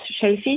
shellfish